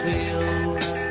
Fields